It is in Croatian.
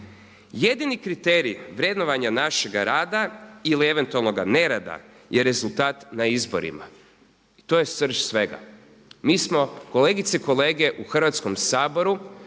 Jedini kriterij vrednovanja našega rada ili eventualnoga nerada je rezultat na izborima i to je srž svega. Mi smo kolegice i kolege u Hrvatskom saboru,